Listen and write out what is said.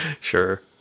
sure